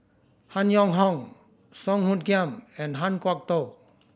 Han Yong Hong Song Hoot Kiam and Han Kwok Toh